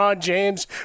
James